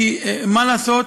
כי מה לעשות,